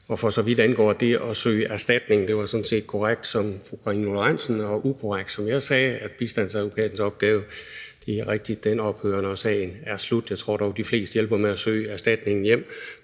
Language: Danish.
For så vidt angår det at søge erstatning, var det sådan set korrekt, hvad fru Karina Lorentzen Dehnhardt sagde, og ukonkret, hvad jeg sagde: Bistandsadvokatens opgave – det er rigtigt – ophører, når sagen er slut. Jeg tror dog, at de fleste hjælper med at søge erstatningen hjem.